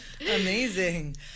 Amazing